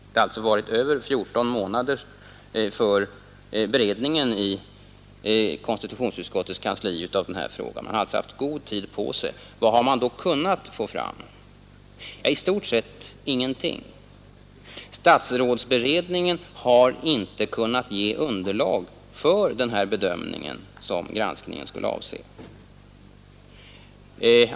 Det har alltså varit över fjorton månader för beredningen av denna fråga i konstitutionsutskottets kansli. Man har haft god tid på sig. Vad har man då kunnat ta fram? I stort sett ingenting! Statsrådsberedningen har inte kunnat ge underlag för den bedömning som granskningen skulle avse.